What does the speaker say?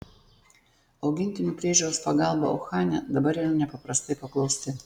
augintinių priežiūros pagalba uhane dabar yra nepaprastai paklausi